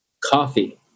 Coffee